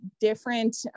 different